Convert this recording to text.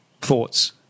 thoughts